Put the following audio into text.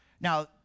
Now